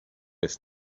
ist